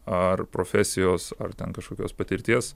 ar profesijos ar ten kažkokios patirties